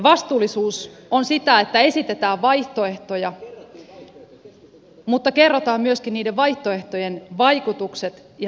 vastuullisuus on sitä että esitetään vaihtoehtoja mutta kerrotaan myöskin niiden vaihtoehtojen vaikutukset ja seuraukset avoimesti